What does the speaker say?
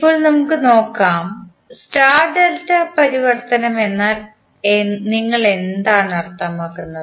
ഇപ്പോൾ നമുക്ക് നോക്കാം സ്റ്റാർ ഡെൽറ്റ പരിവർത്തനം എന്നാൽ നിങ്ങൾ എന്താണ് അർത്ഥമാക്കുന്നത്